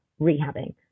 rehabbing